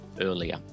earlier